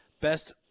best